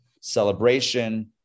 celebration